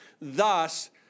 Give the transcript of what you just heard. thus